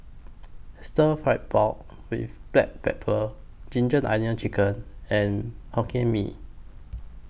Stir Fry Pork with Black Pepper Ginger Onions Chicken and Hokkien Mee